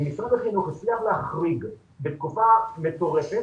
משרד החינוך הצליח להחריג בתקופה מטורפת